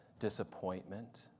disappointment